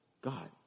God